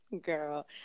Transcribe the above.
Girl